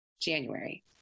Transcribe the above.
January